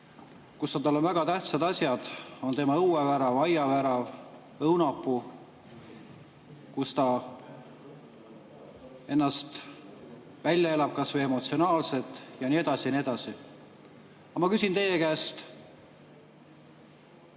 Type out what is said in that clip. kus on talle väga tähtsad asjad, on tema õuevärav, aiavärav, õunapuu, kus ta ennast välja elab kas või emotsionaalselt, ja nii edasi ja nii edasi. Aga ma küsin teie käest: